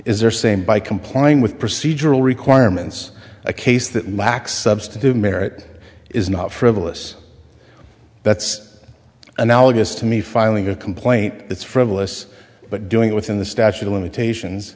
is they're same by complying with procedural requirements a case that max substitute merit is not frivolous that's analogous to me filing a complaint that's frivolous but doing it within the statute of limitations